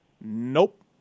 Nope